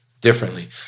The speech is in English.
differently